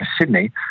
Sydney